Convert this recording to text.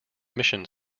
mission